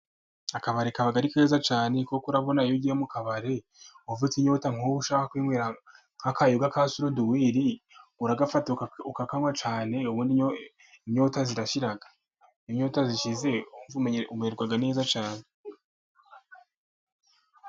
Akabari kaba ari keza cyane. Kuko urabona, iyo ugiye mu kabare ufite inyota, nk'ubu ushaka kwinywera nk'akayoga ka suruduwiri, urakanywa cyane kuburyo inyota ishira. Iyo inyota ishize, umererwa neza cyane.